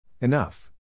Enough